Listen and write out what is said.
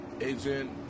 Agent